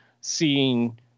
seeing